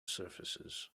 surfaces